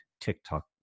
TikTok